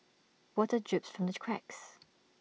water drips from these cracks